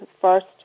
first